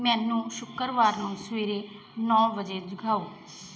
ਮੈਨੂੰ ਸ਼ੁੱਕਰਵਾਰ ਨੂੰ ਸਵੇਰੇ ਨੌਂ ਵਜੇ ਜਗਾਓ